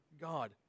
God